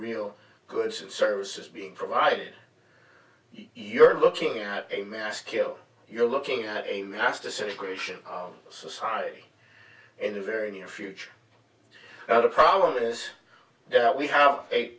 real goods and services being provided you're looking at a maskil you're looking at a mass disintegration of society in the very near future the problem is that we have eight